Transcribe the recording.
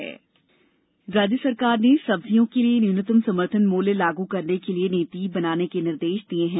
सब्जी दाम राज्य सरकार ने सब्जियों के लिए न्यूनतम समर्थन मूल्य लागू करने के लिए नीति बनाने के निर्देश दिए हैं